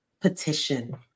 petition